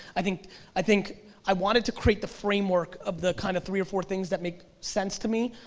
i think i think i wanted to create the framework of the kind of three or four things that make sense to me.